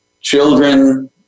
children